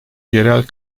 yerel